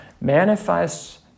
manifests